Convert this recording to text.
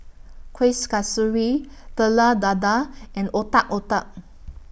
Kueh Kasturi Telur Dadah and Otak Otak